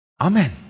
Amen